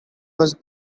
was